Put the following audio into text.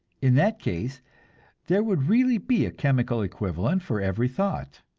in that case there would really be a chemical equivalent for every thought,